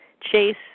chase